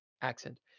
accent